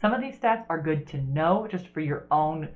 some of these stats are good to know just for your own